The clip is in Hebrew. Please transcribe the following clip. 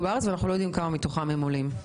לארץ ואנחנו לא יודעים כמה מתוכם הם עולים.